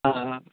आ